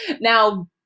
Now